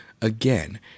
Again